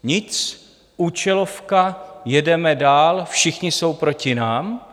Nic, účelovka, jedeme dál, všichni jsou proti nám.